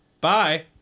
Bye